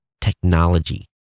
technology